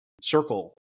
circle